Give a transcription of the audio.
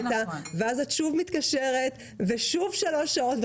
ואז את שוב מתקשרת ושוב שלוש שעות,